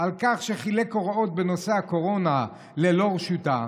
על כך שחילק הוראות בנושא הקורונה ללא רשותה,